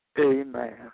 Amen